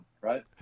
right